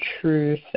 truth